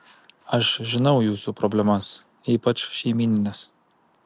aš žinau jūsų problemas ypač šeimynines